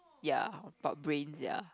ya about brain ya